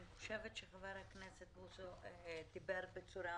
אני חושבת שחבר הכנסת בוסו דיבר בצורה